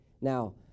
Now